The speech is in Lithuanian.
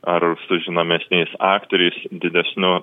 ar su žinomesniais aktoriais didesniu